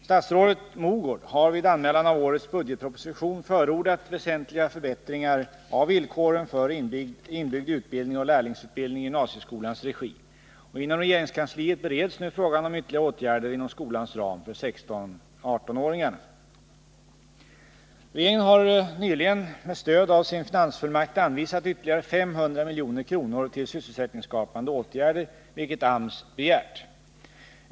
Statsrådet Mogård har vid anmälan av årets budgetproposition förordat väsentliga förbättringar av villkoren för inbyggd utbildning och lärlingsutbildning i gymnasieskolans regi. Inom regeringskansliet bereds nu frågan om ytterligare åtgärder inom skolans ram för 16-18-åringar. Regeringen har nyligen med stöd av sin finansfullmakt anvisat ytterligare 500 milj.kr. till sysselsättningsskapande åtgärder, vilket AMS begärt.